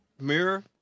Mirror